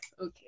Okay